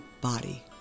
body